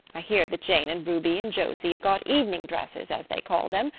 i hear that jane and ruby and josie have got evening dresses as they call them,